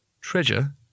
Treasure